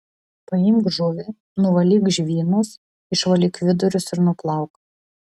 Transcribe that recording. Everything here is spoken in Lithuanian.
paimk žuvį nuvalyk žvynus išvalyk vidurius ir nuplauk